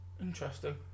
interesting